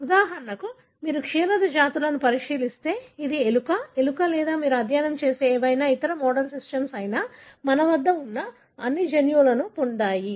ఉదాహరణకు మీరు క్షీరద జాతులను పరిశీలిస్తే అది ఎలుక ఎలుక లేదా మీరు అధ్యయనం చేసే ఏవైనా ఇతర మోడల్ సిస్టమ్ అయినా మన వద్ద ఉన్న అన్ని జన్యువులను పొందాయి